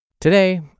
Today